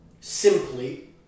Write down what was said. simply